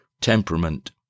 temperament